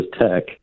Tech